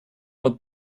uma